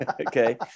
Okay